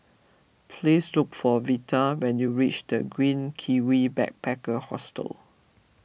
please look for Vita when you reach the Green Kiwi Backpacker Hostel